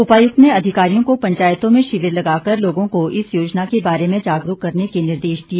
उपायुक्त ने अधिकारियों को पंचायतों में शिविर लगाकर लोगों को इस योजना के बारे में जागरूक करने के निर्देश दिए